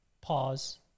pause